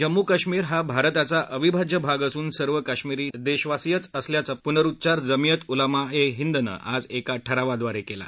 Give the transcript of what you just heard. जम्मू कश्मिर हा भारताचा अविभाज्य भाग असून सर्व काश्मिरी देशवासियांचं असल्याचा पुनरुच्चार जमीयत उलेमा ए हिंदनं आज एका ठरावाद्वारे केला